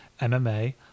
MMA